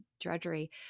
drudgery